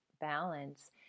balance